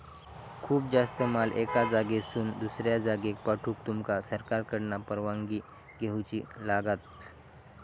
खूप जास्त माल एका जागेसून दुसऱ्या जागेक पाठवूक तुमका सरकारकडना परवानगी घेऊची लागात